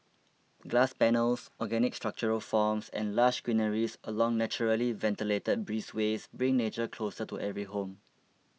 glass panels organic structural forms and lush greenery along naturally ventilated breezeways bring nature closer to every home